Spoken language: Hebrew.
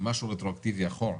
משהו רטרואקטיבי אחורה.